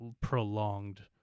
prolonged